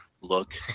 look